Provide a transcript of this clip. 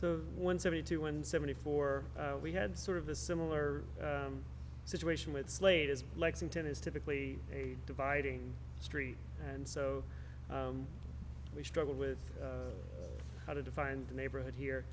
so one seventy two and seventy four we had sort of a similar situation with slate as lexington is typically a dividing street and so we struggle with how to define the neighborhood here